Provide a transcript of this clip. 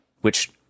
Which-